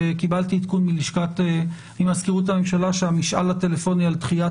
קיבלתי עדכון ממזכירות הממשלה שהמשאל הטלפוני על דחיית